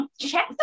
Check